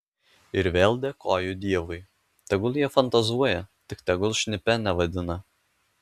ir vėl dėkoju dievui tegul jie fantazuoja tik tegul šnipe nevadina